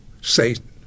Satan